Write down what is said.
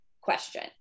question